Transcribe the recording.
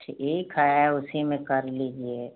ठीक है उसी में कर लीजिए